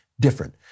different